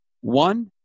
one